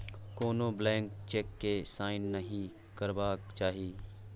कोनो blank cheque केँ sign नहि करबाक चाही